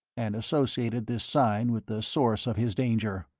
and associated this sign with the source of his danger.